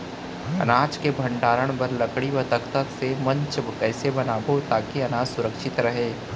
अनाज के भण्डारण बर लकड़ी व तख्ता से मंच कैसे बनाबो ताकि अनाज सुरक्षित रहे?